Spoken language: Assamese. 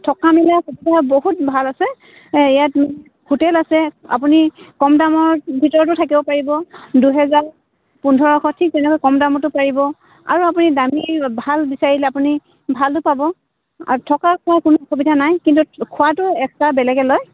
থকা মেলাৰ সুবিধা বহুত ভাল আছে ইয়াত হোটেল আছে আপুনি কম দামৰ ভিতৰতো থাকিব পাৰিব দুহেজাৰ পোন্ধৰশ ঠিক তেনেকৈ কম দামতো পাৰিব আৰু আপুনি দামী ভাল বিচাৰিলে আপুনি ভালো পাব আৰু থকা খোৱাৰ কোনো অসুবিধা নাই কিন্তু খোৱাটো এক্সট্ৰা বেলেগে লয়